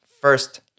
First